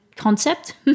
Concept